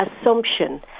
assumption